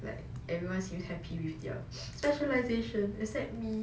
like everyone seems happy with their specialisation except me